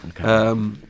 Okay